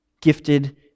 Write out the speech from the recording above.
gifted